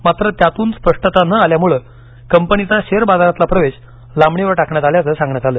मात्र त्यातून स्पष्टता न आल्यामुळे कंपनीचा शेअर बाजारातला प्रवेश लांबणीवर टाकण्यात आल्याचं सांगण्यात आलं